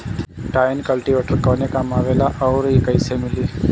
Tine cultivator कवने काम आवेला आउर इ कैसे मिली?